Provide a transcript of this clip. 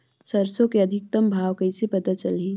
सरसो के अधिकतम भाव कइसे पता चलही?